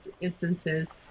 instances